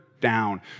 down